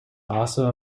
also